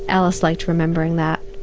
alice liked remembering that.